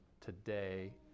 today